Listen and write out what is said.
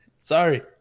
Sorry